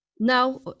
now